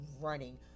running